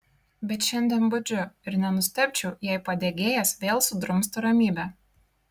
bet šiandien budžiu ir nenustebčiau jei padegėjas vėl sudrumstų ramybę